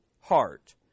heart